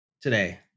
today